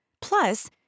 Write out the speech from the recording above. Plus